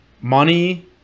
money